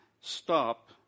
stop